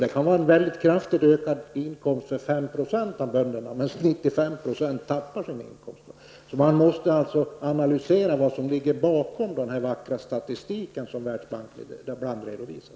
Det kan vara en kraftigt ökad inkomst för 5 % av bönderna, medan 95 % förlorar sina inkomster. Man måste alltså analysera vad som ligger bakom den vackra statistik som Världsbanken ibland redovisar.